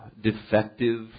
defective